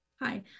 Hi